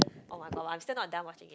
[oh]-my-god I'm still not done watching it